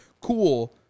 cool